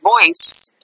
voice